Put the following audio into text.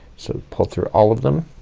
so pull through all of them